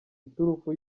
iturufu